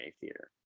theater